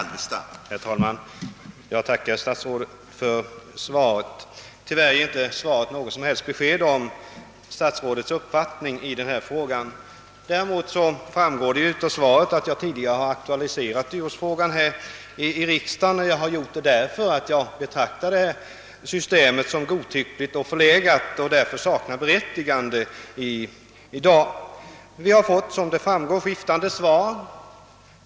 Herr talman! Jag tackar statsrådet för svaret. Tyvärr ger det inte något som helst besked om statsrådets uppfattning i denna fråga. Däremot framgår det därav att jag tidigare har aktualiserat dyrortsfrågan i riksdagen. Anledningen till att jag har gjort det är att jag anser att detta system är godtyckligt och förlegat och därför saknar berättigande. Jag har fått skiftande svar.